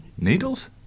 Needles